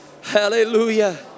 Hallelujah